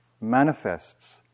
manifests